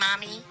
mommy